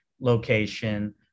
location